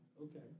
Okay